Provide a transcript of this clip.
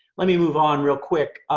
let me move on. real quick,